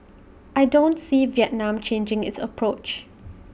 I don't see Vietnam changing its approach